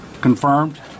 confirmed